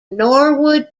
norwood